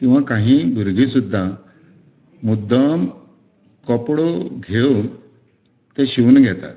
किंवां काही भुरगे सुद्दां मुद्दम कपडो घेवन तें शिवून घेतात